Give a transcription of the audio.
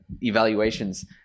evaluations